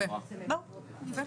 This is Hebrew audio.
רגע